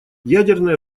ядерное